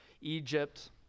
Egypt